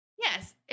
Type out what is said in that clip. Yes